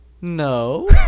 No